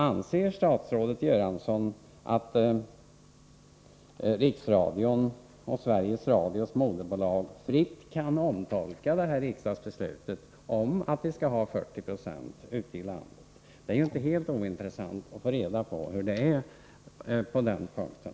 Anser statsrådet Göransson att Riksradion och Sveriges Radios moderbolag fritt kan omtolka riksdagsbeslutet om att 40 76 av programproduktionen skall ske ute i landet? Det är ju inte helt ointressant att få reda på hur det förhåller sig på den punkten.